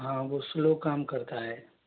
हाँ बहुत स्लो काम करता है